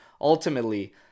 ultimately